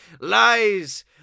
Lies